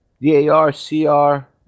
D-A-R-C-R